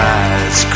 eyes